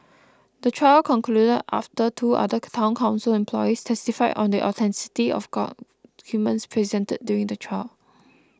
the trial concluded after two other Town Council employees testified on the authenticity of documents presented during the trial